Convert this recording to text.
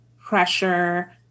pressure